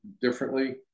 differently